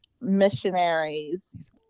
missionaries